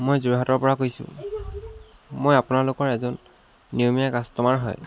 মই যোৰহাটৰপৰা কৈছোঁ মই আপোনালোকৰ এজন নিয়মীয়া কাষ্টমাৰ হয়